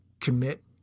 commit